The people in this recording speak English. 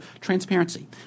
transparency